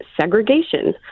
segregation